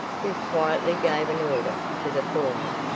who quietly gave an order to the foreman.